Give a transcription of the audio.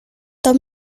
tom